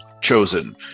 chosen